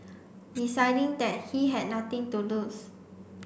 deciding that he had nothing to lose